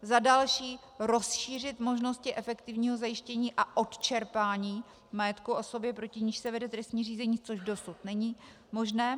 za další, rozšířit možnosti efektivního zajištění a odčerpání majetku osoby, proti níž se vede trestní řízení, což dosud není možné.